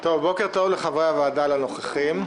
בוקר טוב לחברי הוועדה ולנוכחים.